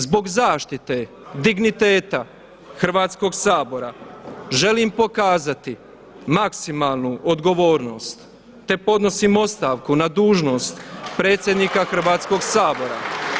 Zbog zaštite digniteta Hrvatskoga sabora želim pokazati maksimalnu odgovornost te podnosim ostavku na dužnost predsjednika Hrvatskoga sabora.